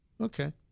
Okay